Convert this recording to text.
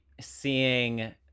seeing